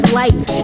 light